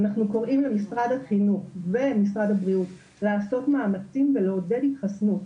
אנחנו קוראים למשרד החינוך ומשרד הבריאות לעשות מאמצים ולעודד התחסנות.